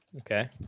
Okay